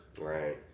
Right